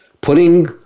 putting